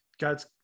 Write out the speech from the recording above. God's